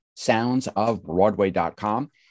soundsofbroadway.com